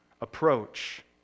approach